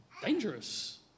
Dangerous